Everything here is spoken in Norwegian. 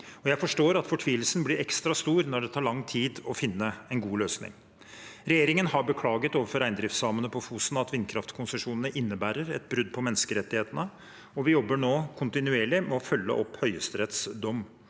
Jeg forstår at fortvilelsen blir ekstra stor når det tar lang tid å finne en god løsning. Regjeringen har beklaget overfor reindriftssamene på Fosen at vindkraftkonsesjonene innebærer et brudd på menneskerettighetene, og vi jobber nå kontinuerlig med å følge opp Høyesteretts dom